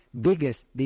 biggest